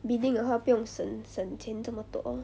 bidding 的话不用省省钱这么多